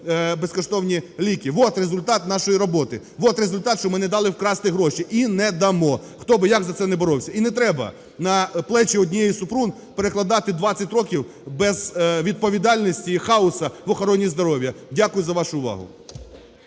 безкоштовні ліки, вот результат нашої роботи, вот результат, що ми не дали вкрасти гроші і не дамо, хто би як за це не боровся. І не треба на плечі однієї Супрун перекладати 20 років безвідповідальності і хауса в охороні здоров'я. Дякую за вашу увагу.